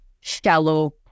shallow